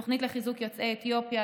תוכנית לחיזוק יוצאי אתיופיה,